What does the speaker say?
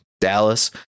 Dallas